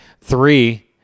three